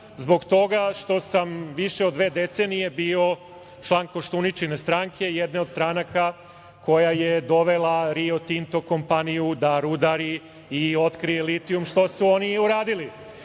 zbog toga što sam više od dve decenije bio član Koštuničine stranke, jedne od stranaka koja je dovela Rio Tinto kompaniju da rudari i otkrije litijum, što su oni i